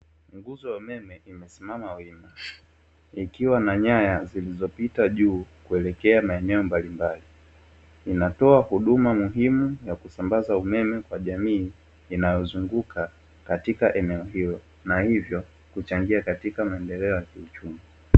Nguzo ya umeme imesimama wima ikiwa na nyaya zilizopita juu kuelekea maeneo mbalimbali, zinatoa huduma muhimu ya kusambaza umeme kwa jamii inayozunguka katika eneo hilo, na hivyo kuchangia katika maendeleo ya kiuchumi.